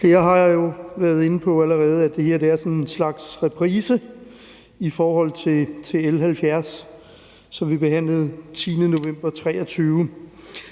Flere har jo været inde på allerede, at det her er sådan en slags reprise i forhold til L 70, som vi behandlede den 10. november 2023,